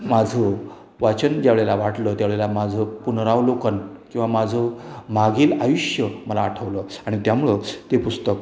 माझं वाचन ज्यावेळेला वाटलं त्यावेळेला माझं पुनरावलोकन किंवा माझं मागील आयुष्य मला आठवलं आणि त्यामुळं ते पुस्तक